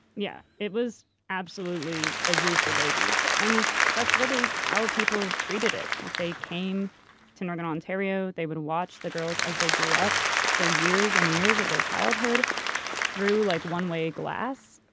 yeah. it was absolutely a zoo for babies, and that's really how people treated it. like they came to northern ontario. they would watch the girls as they grew up for years and years of their childhood through like one-way glass.